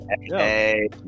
hey